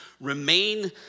remain